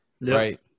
Right